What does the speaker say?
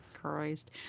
Christ